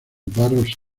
barros